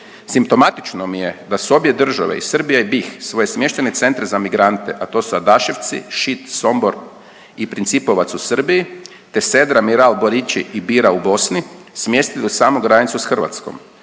Simptomatično mi je da su obje države i Srbija i BiH svoje smještajne centre za migrante, a to su Adaševci, Šid, Sombor i Principovac u Srbiji te Sedra, Miral, Borići i Bira u Bosni smjestili uz samu granicu s Hrvatskom.